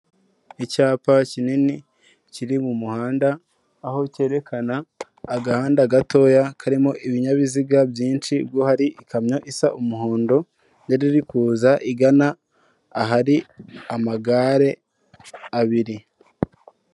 Icyapa kinini kiri mu muhanda aho cyerekana agahanda gatoya karimo ibinyabiziga byinshi, ubwo hari ikamyo isa umuhondo yari iri kuza igana ahari amagare abiri.